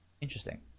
Interesting